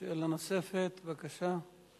שאלה נוספת, בבקשה.